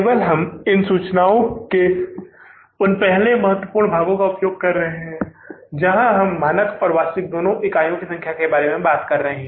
केवल हम इन सूचनाओं के उन पहले महत्वपूर्ण भागों का उपयोग कर रहे हैं जहाँ हम मानक और वास्तविक दोनों इकाइयों की संख्या के बारे में बात कर रहे हैं